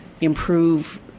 improve